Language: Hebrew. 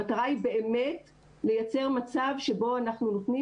המטרה היא באמת לייצר מצב שבו אנחנו נותנים